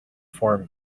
form